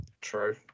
True